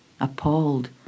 appalled